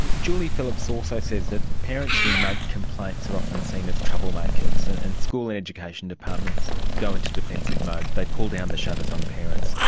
julie phillips also says that parents who make complaints are often seen as troublemakers, and and school and education departments go into defensive mode, they pull down the shutters on parents,